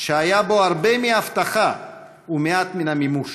שהיו בו הרבה מההבטחה ומעט מן המימוש,